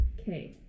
Okay